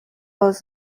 was